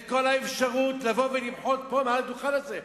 האפשרות, לבוא ולמחות מעל הדוכן הזה.